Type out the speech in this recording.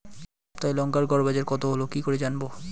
সপ্তাহে লংকার গড় বাজার কতো হলো কীকরে জানবো?